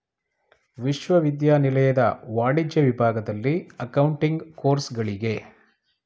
ವಿಶ್ವವಿದ್ಯಾನಿಲಯದ ವಾಣಿಜ್ಯ ವಿಭಾಗದಲ್ಲಿ ಅಕೌಂಟಿಂಗ್ ಕೋರ್ಸುಗಳಿಗೆ